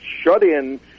shut-in